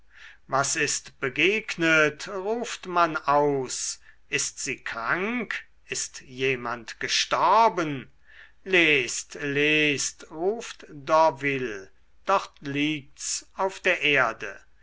was ist begegnet ruft man aus ist sie krank ist jemand gestorben lest lest ruft d'orville dort liegt's auf der erde